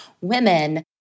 women